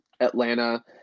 Atlanta